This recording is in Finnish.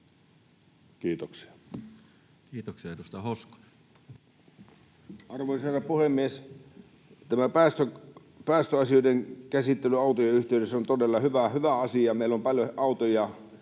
liittyviksi laeiksi Time: 17:39 Content: Arvoisa herra puhemies! Tämä päästöasioiden käsittely autojen yhteydessä on todella hyvä asia. Meillä on paljon autoja,